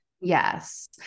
Yes